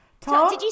Tom